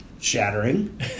Shattering